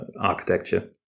architecture